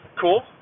Cool